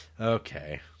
okay